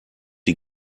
die